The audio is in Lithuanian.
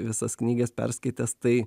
visas knygas perskaitęs tai